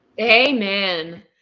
amen